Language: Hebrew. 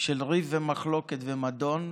של ריב ומחלוקת ומדון,